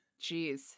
Jeez